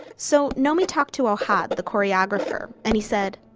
so, naomi talked to ohad, the choreographer, and he said